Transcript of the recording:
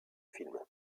film